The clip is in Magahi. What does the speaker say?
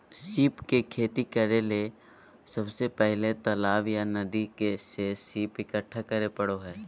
सीप के खेती करेले सबसे पहले तालाब या नदी से सीप इकठ्ठा करै परो हइ